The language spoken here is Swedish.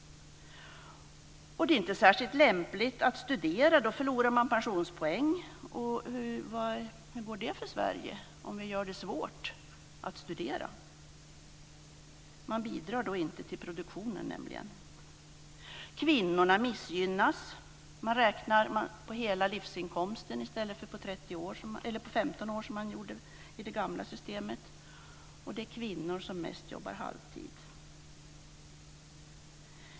Det är inte särskilt lämpligt att studera. Då förlorar man pensionspoäng. Och hur går det för Sverige om vi gör det svårt att studera? Man bidrar nämligen då inte till produktionen. Kvinnorna missgynnas. Man gör beräkningen på hela livsinkomsten i stället för på 15 år som i det gamla systemet. Och det är kvinnor som mest jobbar halvtid.